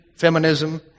feminism